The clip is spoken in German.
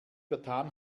vertan